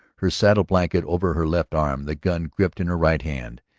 her saddle-blanket over her left arm, the gun gripped in her right hand,